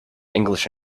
english